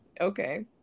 okay